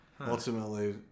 ultimately